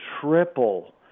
triple